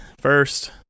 First